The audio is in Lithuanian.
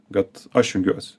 kad aš jungiuosi